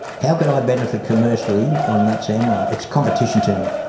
how can i benefit commercially on that sand mine? it's competition to me.